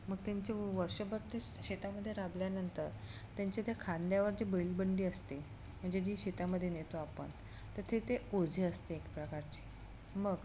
मग त्यांचे वर्षभर ते शेतामध्ये राबल्यानंतर त्यांच्या त्या खांद्यावर जी बैलबंडी असते म्हणजे जी शेतामध्ये नेतो आपण तर ते ते ओझे असते एक प्रकारचे मग